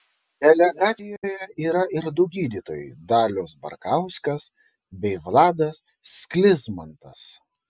delegacijoje yra ir du gydytojai dalius barkauskas bei vladas sklizmantas